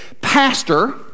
Pastor